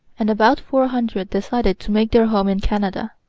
and about four hundred decided to make their home in canada.